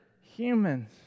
humans